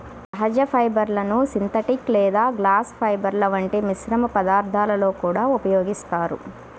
సహజ ఫైబర్లను సింథటిక్ లేదా గ్లాస్ ఫైబర్ల వంటి మిశ్రమ పదార్థాలలో కూడా ఉపయోగిస్తారు